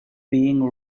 being